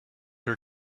her